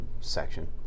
section